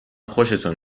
خوشتون